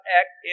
act